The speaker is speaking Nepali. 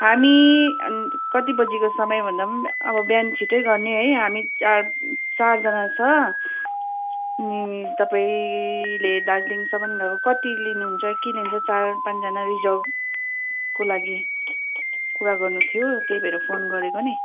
हामी कति बजेको समय भन्दा अब बिहान छिटै गर्ने है हामी चार चारजना छ तपाईँले दार्जिलिङसम्म कति लिनु हुन्छ किन भने चार पाँचजना रिजर्भको लागि कुरा गर्नु थियो त्यही भएर फोन गरेको नि